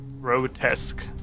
grotesque